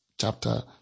chapter